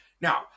Now